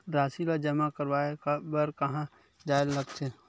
राशि ला जमा करवाय बर कहां जाए ला लगथे